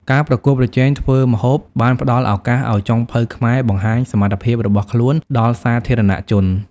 ការប្រកួតប្រជែងធ្វើម្ហូបបានផ្តល់ឱកាសឲ្យចុងភៅខ្មែរបង្ហាញសមត្ថភាពរបស់ខ្លួនដល់សាធារណជន។